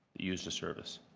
use the service?